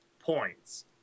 points